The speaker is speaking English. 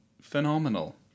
phenomenal